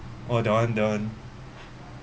oh that one that one